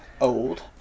old